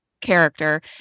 character